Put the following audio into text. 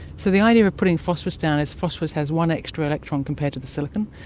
so the idea of putting phosphorous down is phosphorous has one extra electron compared to the silicon,